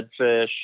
redfish